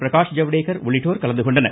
பிரகாஷ் ஜவ்டேகர் உள்ளிட்டோர் கலந்து கொண்டனர்